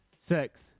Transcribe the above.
six